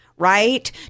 Right